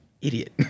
idiot